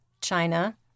China